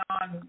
on